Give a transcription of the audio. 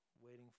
waiting